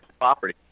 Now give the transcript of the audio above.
property